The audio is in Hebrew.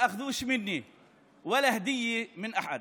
הן לא לקחו מתנה מאף אחד.